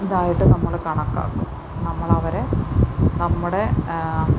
ഇതായിട്ട് നമ്മൾ കണക്കാക്കും നമ്മൾ അവരെ നമ്മുടെ